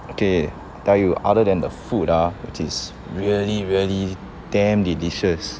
okay I tell you other than the food ah which is really really damn delicious